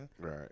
Right